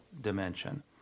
dimension